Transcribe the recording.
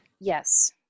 Yes